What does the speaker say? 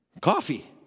Coffee